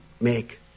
make